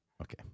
okay